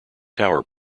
tower